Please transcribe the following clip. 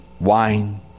wine